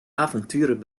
avonturen